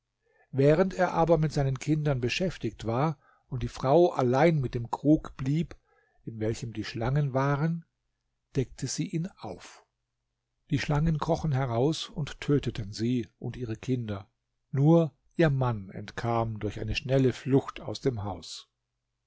während er aber mit seinen kindern beschäftigt war und die frau allein mit dem krug blieb in welchem die schlangen waren deckte sie ihn auf die schlangen krochen heraus und töteten sie und ihre kinder nur ihr mann entkam durch eine schnelle flucht aus dem haus